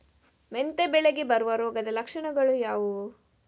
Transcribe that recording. ಮೆಂತೆ ಬೆಳೆಗೆ ಬರುವ ರೋಗದ ಲಕ್ಷಣಗಳು ಯಾವುದು?